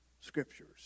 Scriptures